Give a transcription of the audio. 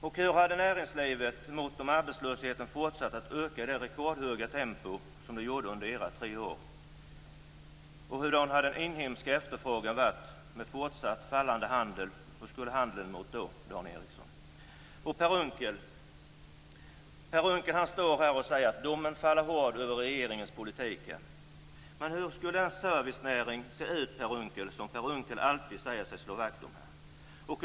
Och hur hade näringslivet mått om arbetslösheten fortsatt att öka i det rekordhöga tempo som den gjorde under de tre borgerliga åren? Hur stor hade den inhemska efterfrågan varit med fortsatt fallande handel? Hur skulle handeln ha mått då, Dan Ericsson? Per Unckel står här och säger att domen faller hård över regeringens politik. Men hur skulle den servicenäring som Per Unckel alltid säger sig slå vakt om ha sett ut?